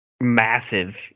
massive